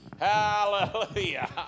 Hallelujah